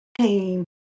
came